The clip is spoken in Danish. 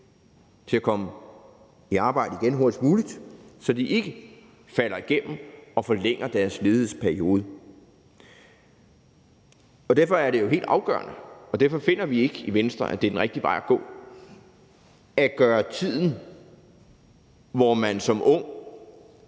til at komme i arbejde igen hurtigst muligt, så de ikke falder igennem og forlænger deres ledighedsperiode. Derfor er det jo helt afgørende, og derfor finder vi ikke i Venstre, at det er den rigtige vej at gå, at gøre tiden, hvor man som ung